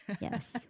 yes